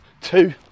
two